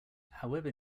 however